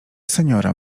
seniora